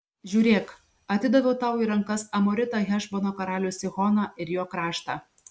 žiūrėk atidaviau tau į rankas amoritą hešbono karalių sihoną ir jo kraštą